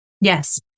Yes